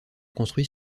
construits